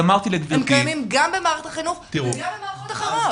הם קיימים גם במערכת החינוך וגם במערכות אחרות,